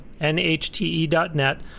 nhte.net